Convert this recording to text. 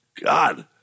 God